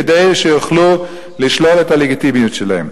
כדי שיוכלו לשלול את הלגיטימיות שלהם.